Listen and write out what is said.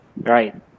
right